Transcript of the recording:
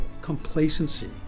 complacency